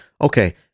okay